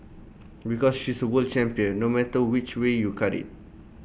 because she's A world champion no matter which way you cut IT